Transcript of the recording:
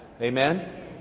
Amen